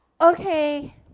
Okay